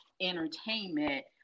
entertainment